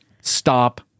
stop